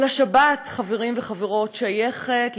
אבל השבת, חברים וחברות, שייכת לכולנו.